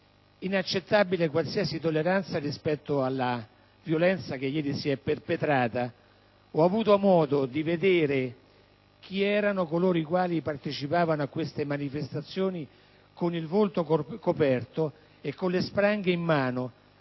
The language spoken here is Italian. inaccettabile qualsiasi tolleranza rispetto alla violenza che ieri si è perpetrata. Ho avuto modo di vedere chi erano coloro i quali partecipavano a queste manifestazioni con il volto coperto e con le spranghe in mano: